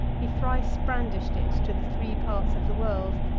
he thrice brandished it to the three parts of the world,